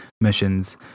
missions